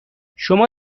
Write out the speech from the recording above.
شما